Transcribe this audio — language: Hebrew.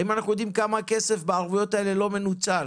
האם אנחנו יודעים כמה כסף מהערבויות הללו לא מנוצל?